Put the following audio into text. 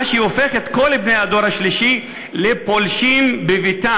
מה שהופך את כל בני הדור השלישי לפולשים בביתם,